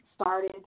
started